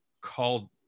called